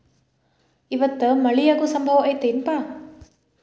ಇವತ್ತ ಮಳೆ ಆಗು ಸಂಭವ ಐತಿ ಏನಪಾ?